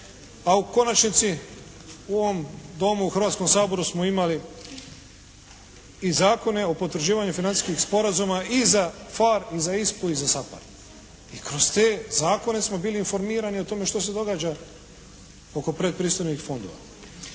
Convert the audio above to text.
A u konačnici u ovom Domu, u Hrvatskom saboru smo imali i Zakone o potvrđivanju financijskih sporazuma i za PHARE i za ISPA i za SAPARD. I kroz te zakone smo bili informirani o tome što se događa oko predpristupnih fondova.